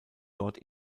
dort